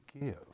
give